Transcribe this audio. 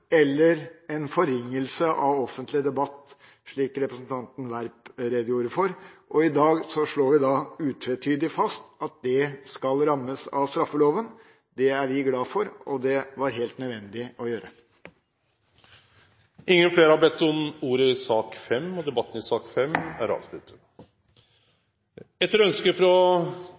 eller forringe offentlig debatt, slik representanten Werp redegjorde for. I dag slår vi utvetydig fast at dette skal rammes av straffeloven. Det er vi glad for, og det var helt nødvendig å gjøre. Fleire har ikkje bedt om ordet til sak nr. 5. Etter ønske frå justiskomiteen vil presidenten foreslå at sakene nr. 6 og